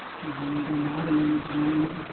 here's another body image one.